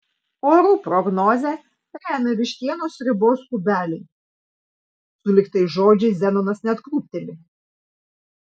orų prognozę remia vištienos sriubos kubeliai sulig tais žodžiais zenonas net krūpteli